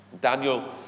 Daniel